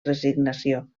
resignació